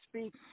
speak